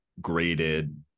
graded